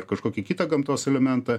ar kažkokį kitą gamtos elementą